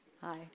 Hi